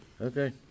Okay